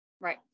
Right